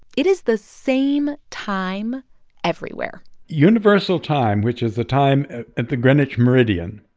it is the same time everywhere universal time, which is the time at the greenwich meridian,